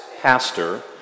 pastor